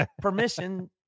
permission